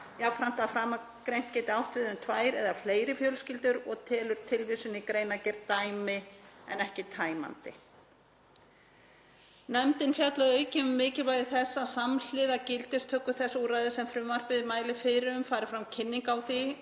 telur framangreint geta átt við um tvær eða fleiri fjölskyldur og telur tilvísun í greinargerð dæmi en ekki tæmandi. Nefndin fjallaði að auki um mikilvægi þess að samhliða gildistöku þess úrræðis sem frumvarpið mælir fyrir um fari fram kynning á því